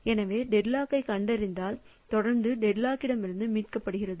எனவே டெட்லாக் கண்டறிதலைத் தொடர்ந்து டெட்லாக்கிலிருந்து மீட்கப்படுகிறது